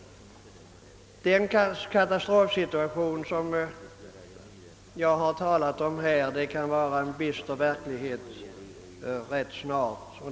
Den katastrofsituation jag har talat om kan bli en bister verklighet ganska snart.